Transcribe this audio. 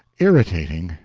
irritating,